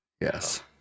Yes